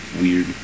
weird